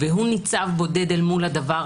והוא ניצב בודד מול זה,